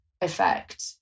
effect